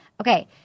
Okay